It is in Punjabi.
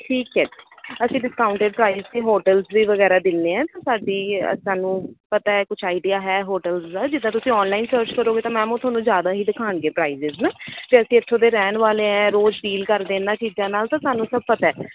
ਠੀਕ ਹੈ ਅਸੀਂ ਡਿਸਕਾਊਂਟਡ ਪ੍ਰਾਈਸ 'ਤੇ ਹੋਟਲਸ ਵੀ ਵਗੈਰਾ ਦਿੰਦੇ ਹਾਂ ਸਾਡੀ ਅ ਸਾਨੂੰ ਪਤਾ ਹੈ ਕੁਛ ਆਈਡੀਆ ਹੈ ਹੋਟਲਸ ਦਾ ਜਿੱਦਾਂ ਤੁਸੀਂ ਔਨਲਾਈਨ ਸਰਚ ਕਰੋਗੇ ਤਾਂ ਮੈਮ ਉਹ ਤੁਹਾਨੂੰ ਜ਼ਿਆਦਾ ਹੀ ਦਿਖਾਉਣਗੇ ਪ੍ਰਾਈਜ਼ਿਜ਼ ਨਾ ਅਤੇ ਅਸੀਂ ਇੱਥੋਂ ਦੇ ਰਹਿਣ ਵਾਲੇ ਐਂ ਰੋਜ਼ ਡੀਲ ਕਰਦੇ ਇਹਨਾਂ ਚੀਜ਼ਾਂ ਨਾਲ ਤਾਂ ਸਾਨੂੰ ਸਭ ਪਤਾ ਹੈ